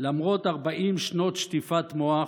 למרות 40 שנות שטיפת מוח.